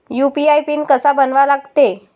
UPI PIN कसा बनवा लागते?